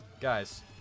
Guys